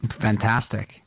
Fantastic